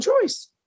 choice